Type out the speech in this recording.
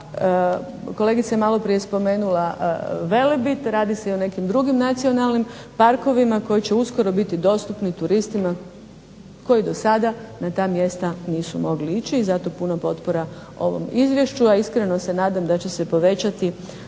da kolegica je maloprije spomenula Velebit, radi se i o nekim drugim nacionalnim parkovima, koji će uskoro biti dostupni turistima koji do sada na ta mjesta nisu mogli ići, zato potpora ovom Izvješću i nadam se da će se povećati